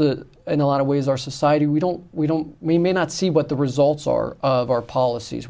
in a lot of ways our society we don't we don't may not see what the results are of our policies